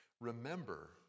Remember